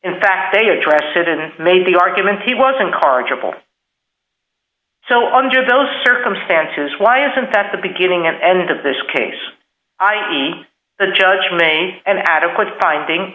in fact they address it and made the argument he was incorrigible so under those circumstances why isn't that the beginning and end of this case i e the judge may an adequate finding